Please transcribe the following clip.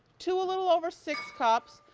two a little over six cups,